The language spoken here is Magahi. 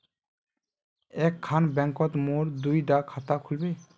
एक खान बैंकोत मोर दुई डा खाता खुल बे?